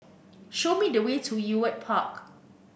show me the way to Ewart Park